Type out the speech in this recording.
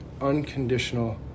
unconditional